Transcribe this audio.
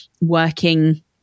working